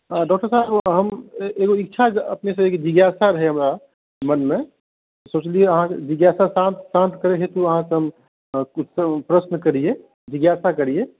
doctor साहेब अपनेसँ इच्छा जिज्ञासा रहै अपनेसँ एगो हमरा मनमे सोचलियै अहांँसे जिज्ञासा शान्त करै हेतु अहाँ से हम क्वेश्चन प्रश्न करियै जिज्ञासा करियै